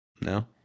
No